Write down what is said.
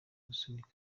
gusunika